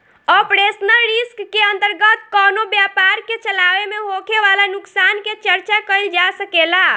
operational risk के अंतर्गत कवनो व्यपार के चलावे में होखे वाला नुकसान के चर्चा कईल जा सकेला